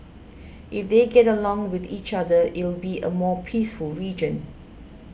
if they get along with each other it'll be a more peaceful region